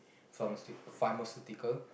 pharma~ pharmaceutical